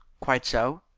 quite so.